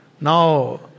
Now